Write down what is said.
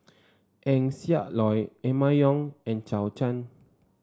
Eng Siak Loy Emma Yong and Zhou Can